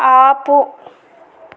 ఆపు